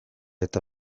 eta